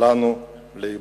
לנו לאיבוד.